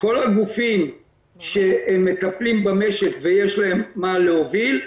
כל הגופים שמטפלים במשק ויש להם מה להוביל,